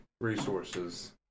resources